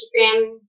Instagram